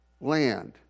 land